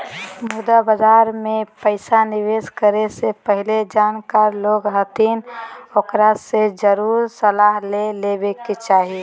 मुद्रा बाजार मे पैसा निवेश करे से पहले जानकार लोग हथिन ओकरा से जरुर सलाह ले लेवे के चाही